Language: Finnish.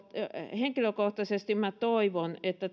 henkilökohtaisesti minä toivon että